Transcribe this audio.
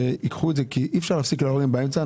שייקחו את זה, כי אי אפשר להפסיק להורים באמצע.